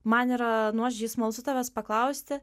man yra nuoširdžiai smalsu tavęs paklausti